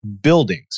buildings